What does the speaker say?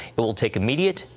it will take immediate,